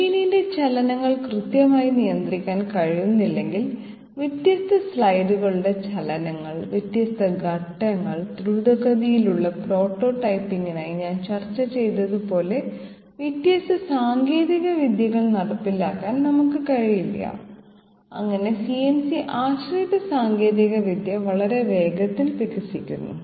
മെഷീന്റെ ചലനങ്ങൾ കൃത്യമായി നിയന്ത്രിക്കാൻ കഴിയുന്നില്ലെങ്കിൽ വ്യത്യസ്ത സ്ലൈഡുകളുടെ ചലനങ്ങൾ വ്യത്യസ്ത ഘട്ടങ്ങൾ ദ്രുതഗതിയിലുള്ള പ്രോട്ടോടൈപ്പിംഗിനായി ഞാൻ ചർച്ച ചെയ്തതുപോലെ വ്യത്യസ്ത സാങ്കേതികവിദ്യകൾ നടപ്പിലാക്കാൻ നമ്മൾക്ക് കഴിയില്ല അങ്ങനെ CNC ആശ്രിത സാങ്കേതികവിദ്യ വളരെ വേഗത്തിൽ വികസിക്കുന്നു